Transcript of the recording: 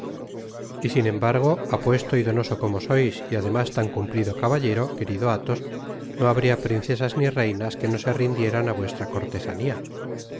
y sin embargo apuesto y donoso como sois y además tan cumplido caballero querido athos no habria princesas ni reinas que no se rindieran á vuestra cortesania